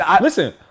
listen